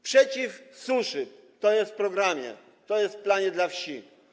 Przeciw suszy - to jest w programie, to jest w planie dla wsi.